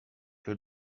que